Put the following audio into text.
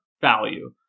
value